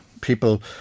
people